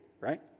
right